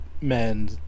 men